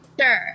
Sure